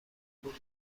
گفت